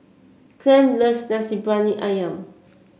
Clem loves Nasi Briyani ayam